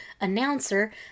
announcer